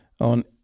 on